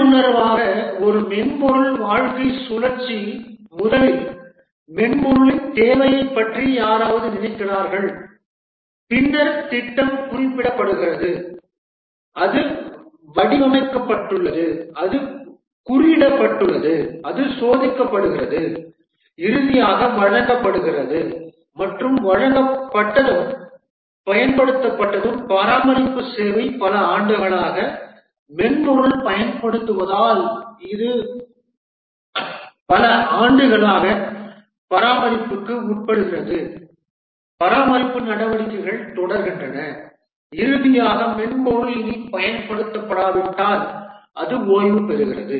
உள்ளுணர்வாக ஒரு மென்பொருள் வாழ்க்கைச் சுழற்சி முதலில் மென்பொருளின் தேவையைப் பற்றி யாராவது நினைக்கிறார்கள் பின்னர் திட்டம் குறிப்பிடப்படுகிறது அது வடிவமைக்கப்பட்டுள்ளது அது குறியிடப்பட்டுள்ளது அது சோதிக்கப்படுகிறது இறுதியாக வழங்கப்படுகிறது மற்றும் வழங்கப்பட்டதும் பயன்படுத்தப்பட்டதும் பராமரிப்பு தேவை பல ஆண்டுகளாக மென்பொருள் பயன்படுத்தப்படுவதால் இது பல ஆண்டுகளாக பராமரிப்புக்கு உட்படுகிறது பராமரிப்பு நடவடிக்கைகள் தொடர்கின்றன இறுதியாக மென்பொருள் இனி பயன்படுத்தப்படாவிட்டால் அது ஓய்வு பெறுகிறது